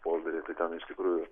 poldery tai ten iš tikrųjų